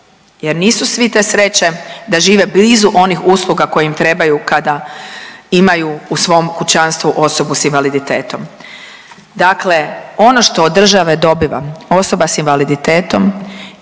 jer nisu svi te sreće da žive blizu onih usluga koje im trebaju kada imaju u svom kućanstvu osobu s invaliditetom. Dakle, ono što od države dobiva osoba s invaliditetom